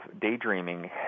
daydreaming